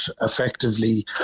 effectively